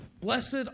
blessed